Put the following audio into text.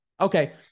Okay